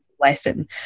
lesson